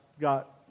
got